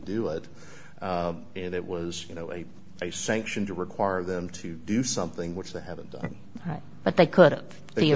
do it and it was you know a a sanction to require them to do something which they haven't done